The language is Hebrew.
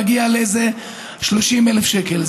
זה מגיע ל-30,000 שקלים.